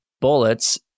bullets